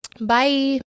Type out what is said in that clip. Bye